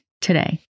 today